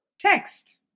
Text